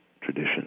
tradition